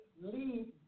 lead